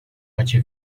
acı